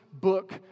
book